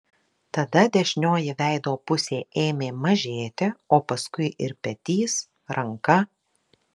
tada dešinioji veido pusė ėmė mažėti o paskui ir petys ranka